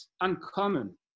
uncommon